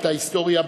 את ההיסטוריה,